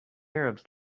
arabs